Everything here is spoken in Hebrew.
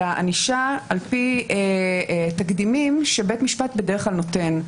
אלא הענישה על פי תקדימים שבית המשפט בדרך כלל נותן.